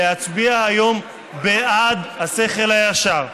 להצביע היום בעד השכל הישר,